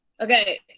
Okay